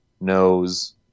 knows